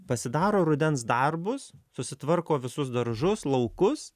pasidaro rudens darbus susitvarko visus daržus laukus